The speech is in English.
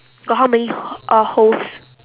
got how many uh holes